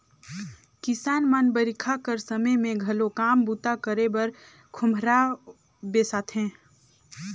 किसान मन बरिखा कर समे मे घलो काम बूता करे बर खोम्हरा बेसाथे